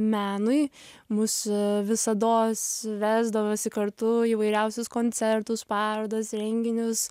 menui mus visados vesdavosi kartu į įvairiausius koncertus parodas renginius